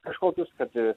kažkokius kad